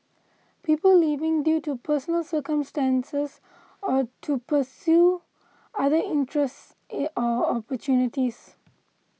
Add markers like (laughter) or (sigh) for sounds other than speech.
people leaving due to personal circumstances or to pursue other interests (hesitation) or opportunities